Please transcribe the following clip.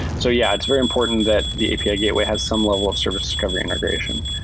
so yeah, it's very important that the api gateway has some level of service discovery integration.